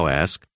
ask